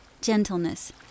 gentleness